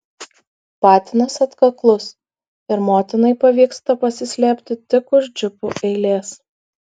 patinas atkaklus ir motinai pavyksta pasislėpti tik už džipų eilės